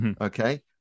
Okay